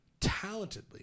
talentedly